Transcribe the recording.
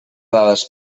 dades